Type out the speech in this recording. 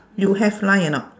you have line or not